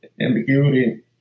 ambiguity